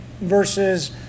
versus